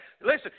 Listen